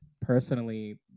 personally